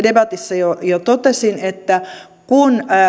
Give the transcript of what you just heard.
debatissa jo jo totesin että kun